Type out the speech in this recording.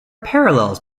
parallels